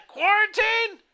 Quarantine